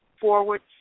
forward